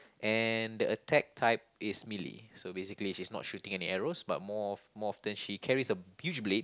and the attack type is Melee so basically she's not shooting any arrows but more of more often she carries a huge blade